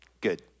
good